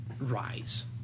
Rise